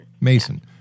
Mason